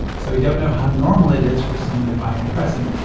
so you don't know how normal it is for someone to buy a present.